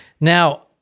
Now